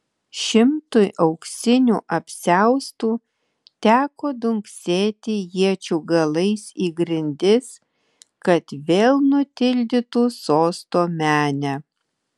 šimtui auksinių apsiaustų teko dunksėti iečių galais į grindis kad vėl nutildytų sosto menę